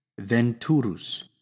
Venturus